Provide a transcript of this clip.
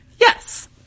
Yes